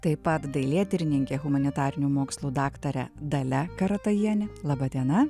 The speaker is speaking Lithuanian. taip pat dailėtyrininkė humanitarinių mokslų daktarė dalia karatajienė laba diena